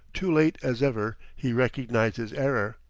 too late as ever, he recognized his error.